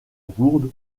gourde